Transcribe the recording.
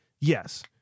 Yes